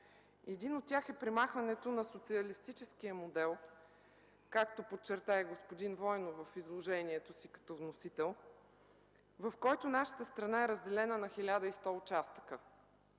Един от тях е премахването на социалистическия модел, както подчерта и господин Войнов в изложението си като вносител, в който нашата страна е разделена на 1100 участъка.